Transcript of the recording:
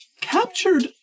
captured